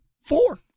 Four